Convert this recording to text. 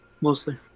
Mostly